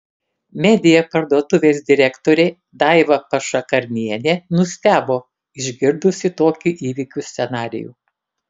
media parduotuvės direktorė daiva pašakarnienė nustebo išgirdusi tokį įvykių scenarijų